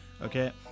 Okay